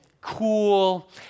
cool